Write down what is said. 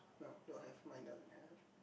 no don't have mind doesn't don't have